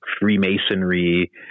Freemasonry